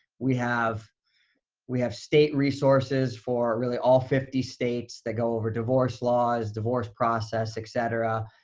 we have we have state resources for really all fifty states that go over divorce laws, divorce process, et cetera.